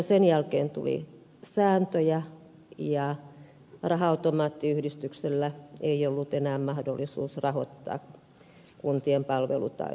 sen jälkeen tuli sääntöjä ja raha automaattiyhdistyksellä ei ollut enää mahdollisuutta rahoittaa kuntien palvelutaloja